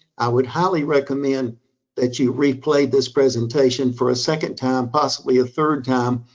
i would highly recommend that you replay this presentation for a second time, possibly a third time.